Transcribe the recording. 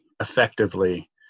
effectively